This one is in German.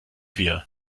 wir